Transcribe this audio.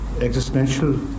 existential